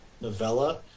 novella